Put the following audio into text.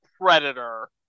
predator